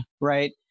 right